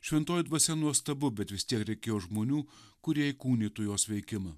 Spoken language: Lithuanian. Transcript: šventoji dvasia nuostabu bet vis tiek reikėjo žmonių kurie įkūnytų jos veikimą